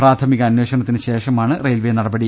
പ്രാഥമിക അന്വേഷണത്തിന് ശേഷമാണ് റെയിൽവേ നടപടി